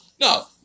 No